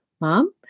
Mom